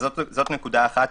זו נקודה אחת.